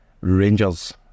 Rangers